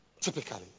Typically